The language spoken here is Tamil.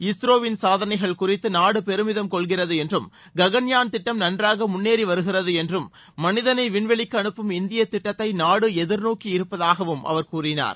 இஸ்ரோவின் சாதனைகள் குறித்து நாடு பெருமிதம் கொள்கிறது என்றும் ககன்யான் திட்டம் நன்றாக முன்னேறி வருகிறது என்றும் மனிதனை விண்வெளிக்கு அனுப்பும்இந்திய திட்டத்தை நாடு எதிர்நோக்கியிருப்பதாகவும் அவர் கூறினார்